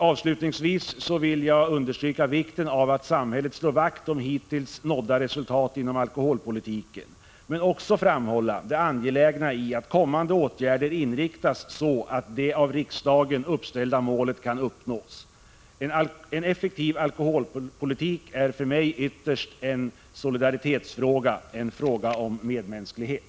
Avslutningsvis vill jag understryka vikten av att samhället slår vakt om hittills nådda resultat inom alkoholpolitiken men också framhålla det angelägna i att kommande åtgärder inriktas så att det av riksdagen uppställda målet kan uppnås. En effektiv alkoholpolitik är för mig ytterst en solidaritetsfråga — en fråga om medmänsklighet!